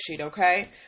okay